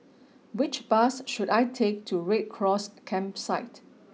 which bus should I take to Red Cross Campsite